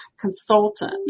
consultant